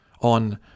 on